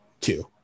two